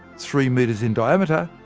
three metres in diameter,